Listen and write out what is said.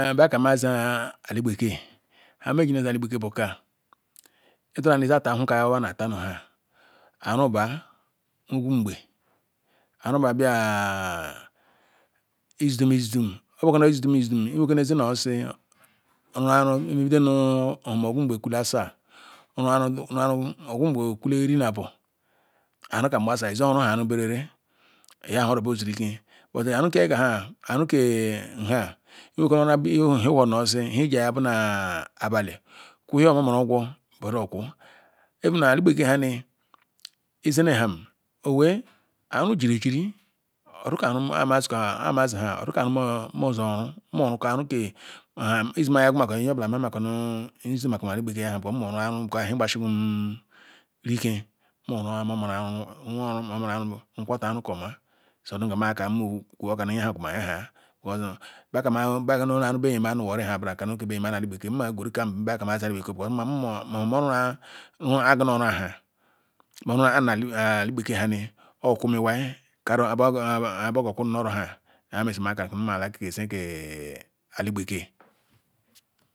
nbeh akah mezeh ali-gbeke nhameji ne ezeh ali-gbeke bu kah nchroom dah atah ahuhu kah weh ji utah nham aru bah nhugum ngbe aru bah bia ah ah izidum izidum iwere-ike ne ezeh nu osisi ju-aru ibidoh nu ogwu ngbe kulasia ru-atu ogu ngbe kuleh eri na abor arukam gbasia ezor ruma berele aruba shiri ikeh but aru nke gaha iwere ikeh iwu noh osisi ijo no nyeha bu na abali kuyam omumata ogwo even the ali-gbeke arni ezene ham aru jiri ejiri odika anu amaziko hah amaziha oziko aru nmeze oru keh uzu mah yagu makeh nyobula maya mako nzemako ali-gbeke aru because mah gbasi mako ike nmo oru omumaru nu rukwata oru nkoma so nu ngamaka ku okah nu mah nyahaya nbe akah aru weh nye nu warri hah nbara ma nu ali-gbeke ma moh moh rua rua ah gino rua moh rula-am ni ali-gbeke hani oyo ku iwai kari ibeji okum nu oro hah nya-nhemesi nze keh ali-gbeke.